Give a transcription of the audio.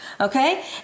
okay